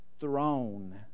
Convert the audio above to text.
throne